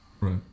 Right